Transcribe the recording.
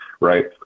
right